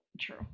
true